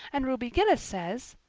and ruby gillis says